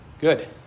Good